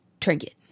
trinket